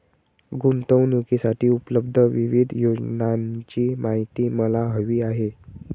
गुंतवणूकीसाठी उपलब्ध विविध योजनांची माहिती मला हवी आहे